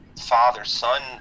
father-son